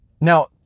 Now